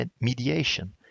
mediation